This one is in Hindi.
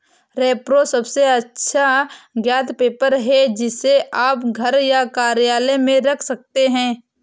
रेप्रो सबसे अच्छा ज्ञात पेपर है, जिसे आप घर या कार्यालय में रख सकते हैं